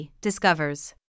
discovers